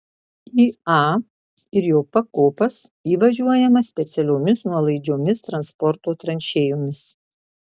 į a ir jo pakopas įvažiuojama specialiomis nuolaidžiomis transporto tranšėjomis